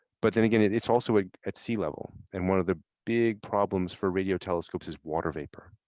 but then again, it's also ah at sea level. and one of the big problems for radio telescopes is water vapor.